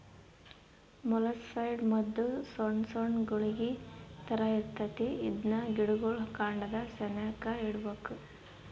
molluscicide ಮದ್ದು ಸೊಣ್ ಸೊಣ್ ಗುಳಿಗೆ ತರ ಇರ್ತತೆ ಇದ್ನ ಗಿಡುಗುಳ್ ಕಾಂಡದ ಸೆನೇಕ ಇಡ್ಬಕು